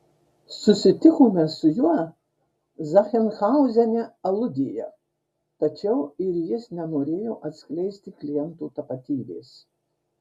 susitikome su juo zachsenhauzene aludėje tačiau ir jis nenorėjo atskleisti kliento tapatybės